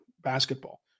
basketball